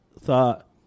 thought